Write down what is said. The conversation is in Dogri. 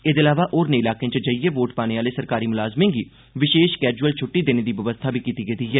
एहदे अलावा होरनें इलाकें च जाइयै वोट पाने आहले सरकारी मुलाज़में गी विशेष कैजुअल छ्ट्टी देने दी बवस्था बी कीती गेदी ऐ